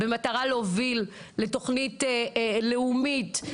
במטרה להוביל לתוכנית לאומית,